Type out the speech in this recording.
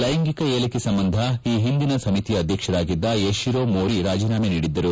ಲೈಂಗಿಕ ಹೇಳಿಕೆ ಸಂಬಂಧ ಈ ಹಿಂದಿನ ಸಮಿತಿಯ ಅಧ್ಯಕ್ಷರಾಗಿದ್ದ ಯಷಿರೋ ಮೊರಿ ರಾಜೀನಾಮೆ ನೀಡಿದ್ದರು